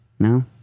No